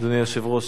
אדוני היושב-ראש,